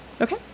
Okay